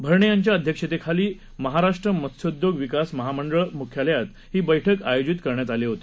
भरणे यांच्या अध्यक्षतेखाली महाराष्ट्र मत्स्योद्योग विकास महामंडळ मुख्यालयात ही बैठक आयोजित केली होती